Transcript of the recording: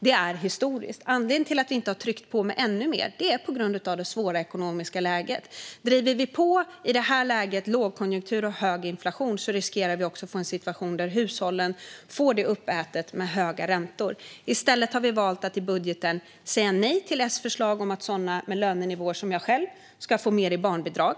Det är historiskt. Anledningen till att vi inte har tryckt på med ännu mer är det svåra ekonomiska läget. Om vi i det här läget driver på lågkonjunktur och hög inflation riskerar vi att få en situation där hushållen får detta uppätet av höga räntor. I stället har vi valt att i budgeten säga nej till S förslag om att människor med lönenivåer som min ska få mer i barnbidrag.